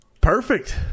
Perfect